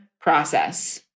process